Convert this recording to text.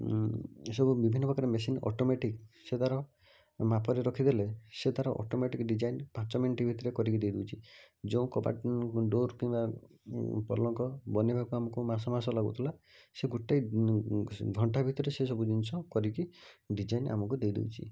ଏ ସବୁ ବିଭିନ୍ନ ପ୍ରକାର ମେସିନ ଅଟୋମେଟିକ ସେ ତାର ମାପରେ ରଖିଦେଲେ ସେ ତାର ଅଟୋମେଟିକ ଡିଜାଇନ ପାଞ୍ଚ ମିନିଟ ଭିତରେ କରିକି ଦେଇଦେଉଛି ଯେଉଁ କବାଟ ଡୋର କିମ୍ବା ପଲଙ୍କ ବନାଇବାକୁ ଆମକୁ ମାସ ମାସ ଲାଗୁଥିଲା ସେ ଗୋଟେ ଘଣ୍ଟା ଭିତରେ ସେ ସବୁ ଜିନିଷ କରିକି ଡ଼ିଜାଇନ ଆମକୁ ଦେଇଦେଉଛି